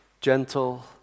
gentle